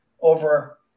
over